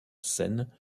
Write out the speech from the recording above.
scène